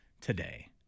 today